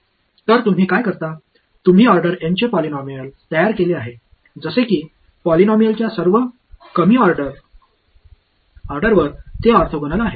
तर तुम्ही काय करता तुम्ही ऑर्डर एनचे पॉलिनॉमियल तयार केले आहे जसे कि पॉलिनॉमियलच्या सर्व कमी ऑर्डरवर ते ऑर्थोगोनल आहे